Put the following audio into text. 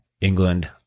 England